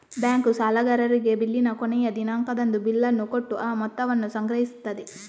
bank ಸಾಲಗಾರರಿಗೆ ಬಿಲ್ಲಿನ ಕೊನೆಯ ದಿನಾಂಕದಂದು ಬಿಲ್ಲನ್ನ ಕೊಟ್ಟು ಆ ಮೊತ್ತವನ್ನ ಸಂಗ್ರಹಿಸ್ತದೆ